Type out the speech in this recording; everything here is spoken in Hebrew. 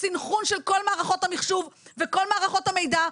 סנכרון של כל מערכות המחשוב וכל מערכות המידע,